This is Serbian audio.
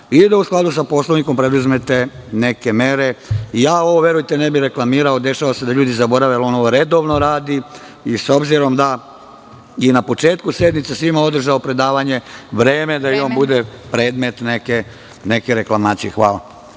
i da, u skladu sa Poslovnikom, preduzmete neke mere. Verujte, ja ovo ne bih reklamirao, dešava se da ljudi zaborave, ali on ovo redovno radi i s obzirom da je na početku sednice svima održao predavanje, vreme je da i on bude predmet neke reklamacije. Hvala.